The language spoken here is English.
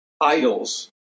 idols